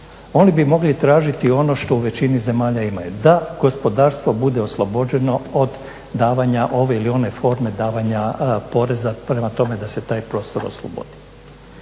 Oni bi mogli tražiti ono što u većini zemalja imaju da gospodarstvo bude oslobođeno od davanja ove ili one forme davanja poreza. Prema tome da se taj prostor oslobodi.